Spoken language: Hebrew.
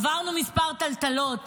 עברנו כמה טלטלות